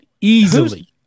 easily